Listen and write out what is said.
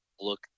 look